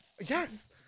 yes